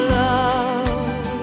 love